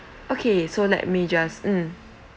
okay so let me just mm